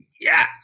yes